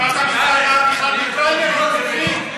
קיבלת מפלגה עם פריימריז בפנים.